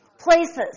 Places